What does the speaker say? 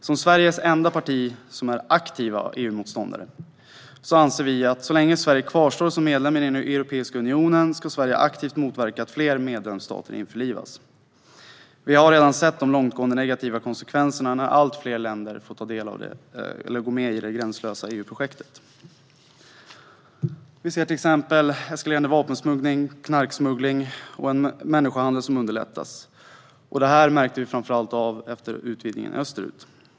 Som Sveriges enda parti som är aktiv EU-motståndare anser vi att så länge Sverige kvarstår som medlem i Europeiska unionen ska Sverige aktivt motverka att fler medlemsstater införlivas. Vi har redan sett de långtgående negativa konsekvenserna när allt fler länder går med i det gränslösa EU-projektet. Vi har till exempel sett att vapensmuggling, knarksmuggling och människohandel har underlättats, framför allt efter utvidgningen österut.